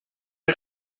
die